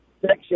Section